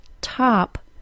top